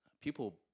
people